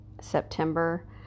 September